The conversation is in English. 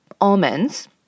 almonds